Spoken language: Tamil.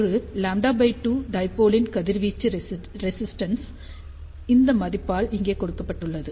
ஒரு λ 2 டைபோலின் கதிர்வீச்சு ரெசிஸ்டென்ஸ் இந்த மதிப்பால் இங்கே கொடுக்கப்பட்டுள்ளது